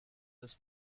this